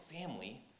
family